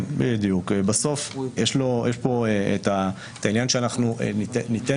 בסוף יש כאן את העניין שאנחנו שניתן